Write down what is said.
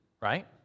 right